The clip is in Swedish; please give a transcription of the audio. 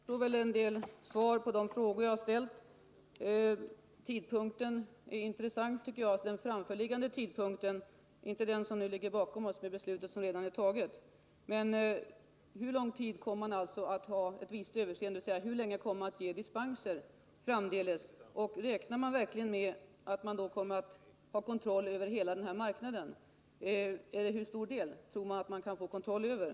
Fru talman! Det återstår väl en del svar på de frågor jag ställt. Intressant är t.ex. hur länge man kommer att ha ett visst överseende, dvs. hur länge man kommer att ge dispenser framdeles. Räknar man verkligen med att man då kommer att ha kontroll över hela den här marknaden? Eller hur stor del tror man att man kan få kontroll över?